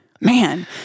Man